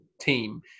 team